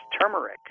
turmeric